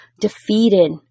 defeated